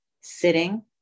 sitting